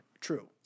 True